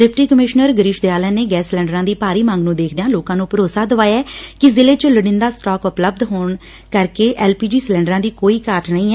deputy commissioner Girish Dayalan ਨੇ gas ਸਿਲੰਡਰਾਂ ਦੀ ਭਾਰੀ ਮੰਗ ਨੂੰ ਵੇਖਦਿਆਂ ਲੋਕਾਂ ਨੂੰ ਭਰੋਸਾ ਦਵਾਇਆ ਕਿ ਜਿਲ੍ਹੇ 'ਚ ਲੋੜੀਦਾ ਸਟਾਕ ਉਪਲਭਧ ਹੋਣ ਕਰਕੇ ਐਲਪੀਜੀ ਸਿਲੰਡਰਾਂ ਦੀ ਕੋਈ ਘਾਟ ਨਹੀ ਏ